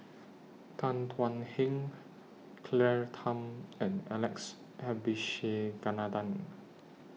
Tan Thuan Heng Claire Tham and Alex Abisheganaden